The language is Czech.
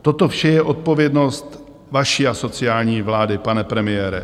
Toto vše je odpovědnost vaší asociální vlády, pane premiére.